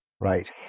Right